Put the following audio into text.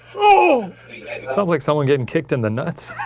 ah sounds like someone getting kicked in the nuts.